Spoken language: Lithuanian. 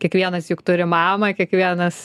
kiekvienas juk turi mamą kiekvienas